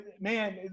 man